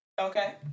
Okay